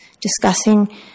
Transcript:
discussing